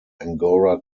angora